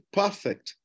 perfect